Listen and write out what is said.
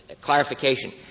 clarification